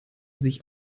sich